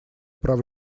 прав